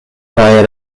kaj